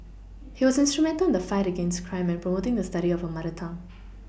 he was instrumental in the fight against crime and promoting the study of a mother tongue